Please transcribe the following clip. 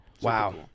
Wow